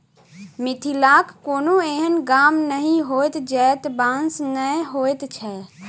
मिथिलाक कोनो एहन गाम नहि होयत जतय बाँस नै होयत छै